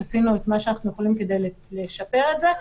עשינו את מה שאנחנו יכולים כדי לשפר את זה.